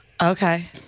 Okay